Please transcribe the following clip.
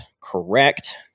Correct